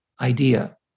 idea